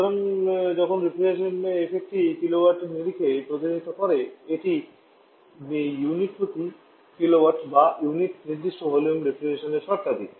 সুতরাং যখন রেফ্রিজারেশন এফেক্টটি কিলোওয়াটের নিরিখে প্রতিনিধিত্ব করে এটি ইউনিট নির্দিষ্ট প্রতি কিলোওয়াট বা ইউনিট নির্দিষ্ট ভলিউমের জন্য রেফ্রিজারেশনের শর্তাদি